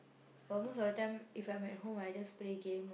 but most of the time if I'm at home I just play game lah